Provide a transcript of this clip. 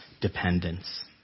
dependence